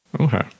Okay